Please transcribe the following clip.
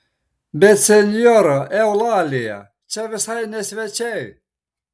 bet senjora eulalija čia visai ne svečiai